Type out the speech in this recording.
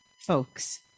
folks